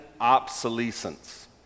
obsolescence